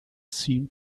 seem